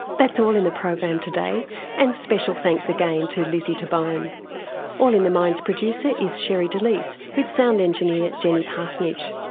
that's all in the program today and special thanks again to lizzy tabone. all in the mind's producer is sherre delys, with sound engineer jenny parsonage.